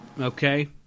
Okay